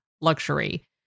luxury